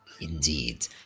Indeed